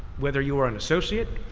whether you are an associate,